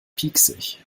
pieksig